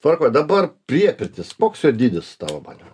tvarkoj dabar priepirtis koks jo dydis tavo manymu